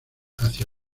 hacia